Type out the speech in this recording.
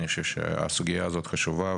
זוהי סוגיה חשובה,